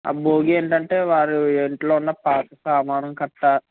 ఆ భోగి ఏంటి అంటే వారి ఇంట్లో ఉన్న పాత సామాను గట్రా